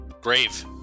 Brave